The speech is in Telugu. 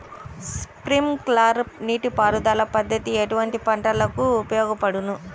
స్ప్రింక్లర్ నీటిపారుదల పద్దతి ఎటువంటి పంటలకు ఉపయోగపడును?